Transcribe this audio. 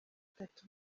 itatu